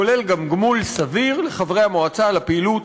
כולל גם גמול סביר לחברי המועצה על הפעילות